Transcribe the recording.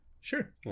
Sure